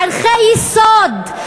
ערכי יסוד,